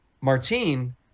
Martine